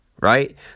right